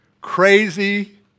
Crazy